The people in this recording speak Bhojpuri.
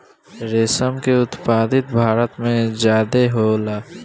रेशम के उत्पत्ति भारत में ज्यादे होला